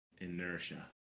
Inertia